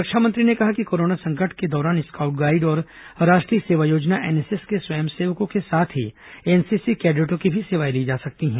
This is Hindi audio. रक्षामंत्री ने कहा कि कोरोना संकट के दौरान स्काउड गाइड्स और राष्ट्रीय सेवा योजना एनएसएस के स्वयंसेवकों के साथ ही एनसीसी कैडेटों की भी सेवाएं ली जा सकती हैं